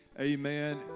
Amen